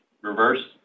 Reverse